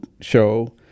show